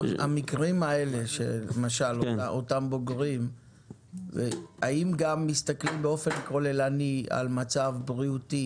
האם בקטגוריה של אותם בוגרים מסתכלים באופן כוללני על מצב בריאותי,